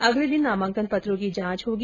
अगले दिन नामांकन पत्रों की जांच होगी